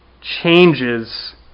changes